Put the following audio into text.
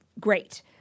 Great